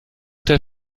der